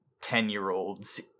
ten-year-olds